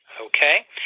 Okay